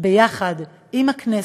יחד עם הכנסת,